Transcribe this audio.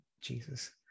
Jesus